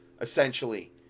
essentially